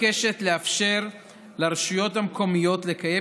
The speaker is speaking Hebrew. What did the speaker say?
מבקשת לאפשר לרשויות המקומיות לקיים